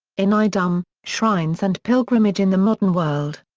in idem, shrines and pilgrimage in the modern world.